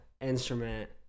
instrument